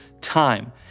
time